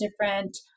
different